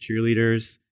cheerleaders